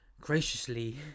graciously